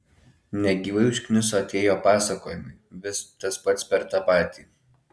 negyvai užkniso tie jo pasakojimai vis tas pats per tą patį